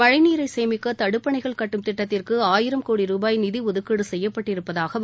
மழை நீரை சேமிக்க தடுப்பணைகள் கட்டும் திட்டத்திற்கு ஆயிரம் கோடி ரூபாய் நிதி ஒதுக்கீடு செய்யப்பட்டிருப்பதாகவும்